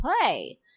play